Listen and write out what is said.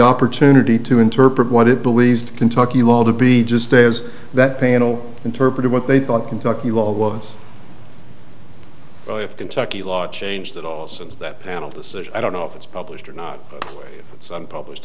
opportunity to interpret what it believes to kentucky to be just as that panel interpreted what they thought kentucky law was if kentucky large changed at all since that panel decision i don't know if it's published or not it's unpublished